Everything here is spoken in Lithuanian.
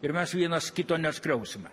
ir mes vienas kito neskriausime